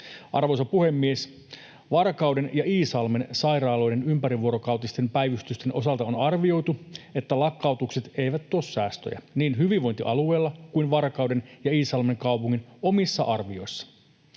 Arvoisa puhemies! Varkauden ja Iisalmen sairaaloiden ympärivuorokautisten päivystysten osalta on arvioitu, että lakkautukset eivät tuo säästöjä, niin hyvinvointialueella kuin Varkauden ja Iisalmen kaupungin omissa arvioissa.